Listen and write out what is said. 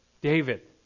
David